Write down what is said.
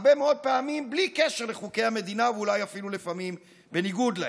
הרבה מאוד פעמים בלי קשר לחוקי המדינה ואולי אפילו לפעמים בניגוד להם.